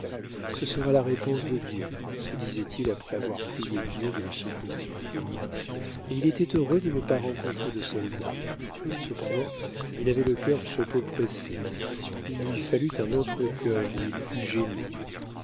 ce sera la réponse de dieu se disait-il après avoir prié dieu de le secourir et il était heureux de ne pas rencontrer de soldat cependant il avait le cœur trop oppressé il lui fallut un autre cœur où il pût gémir